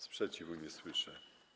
Sprzeciwu nie słyszę.